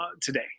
today